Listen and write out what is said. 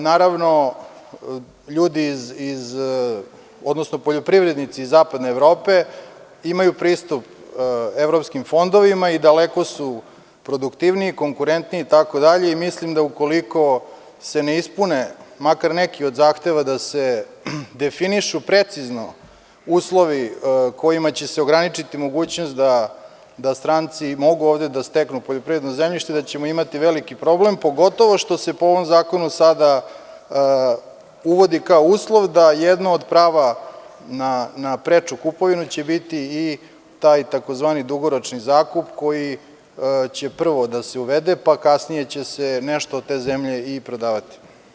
Naravno, ljudi iz, odnosno poljoprivrednici iz zapadne Evrope imaju pristup evropskim fondovima i daleko su produktivniji, konkurentniji, itd, i mislim da ukoliko se ne ispune makar neki od zahteva da se definišu precizno uslovi kojima će se ograničiti mogućnost da stranci mogu ovde da steknu poljoprivredno zemljište da ćemo imati veliki problem, pogotovo što se po ovom zakonu sada uvodi kao uslov da jedno od prava na preču kupovinu će biti i taj tzv. dugoročni zakup koji će prvo da se uvede, pa kasnije će se nešto od te zemlje i prodavati.